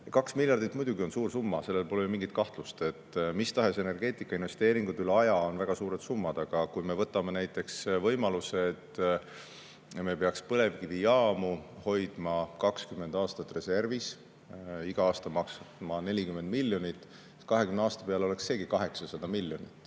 2 miljardit on muidugi suur summa, selles pole mingit kahtlust, mis tahes energeetikainvesteeringud üle aja on väga suured summad. Aga kui me võtame näiteks võimaluse, et me peaksime põlevkivijaamu hoidma 20 aastat reservis, iga aasta maksma 40 miljonit, siis 20 aasta peale oleks seegi 800 miljonit. Igat